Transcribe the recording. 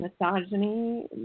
misogyny